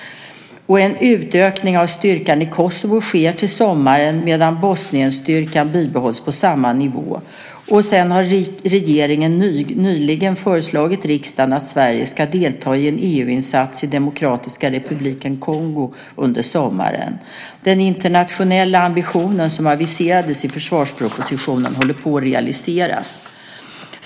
En utökning av styrkan i Kosovo sker till sommaren, medan Bosnienstyrkan bibehålls på samma nivå. Regeringen har också nyligen föreslagit riksdagen att Sverige ska delta i en EU-insats i Demokratiska republiken Kongo under sommaren. Den internationella ambition som aviserades i försvarspropositionen håller på att realiseras.